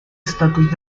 estatus